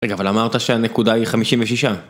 רגע, אבל אמרת שהנקודה היא 56